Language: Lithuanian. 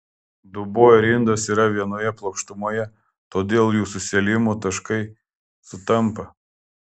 dubuo ir indas yra vienoje plokštumoje todėl jų susiliejimo taškai sutampa